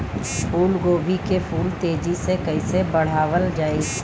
फूल गोभी के फूल तेजी से कइसे बढ़ावल जाई?